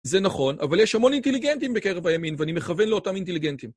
זה נכון, אבל יש המון אינטליגנטים בקרב הימין, ואני מכוון לאותם אינטליגנטים.